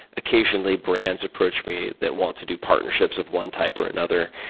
occasionally brands approach me that want to do partnerships of one type or another.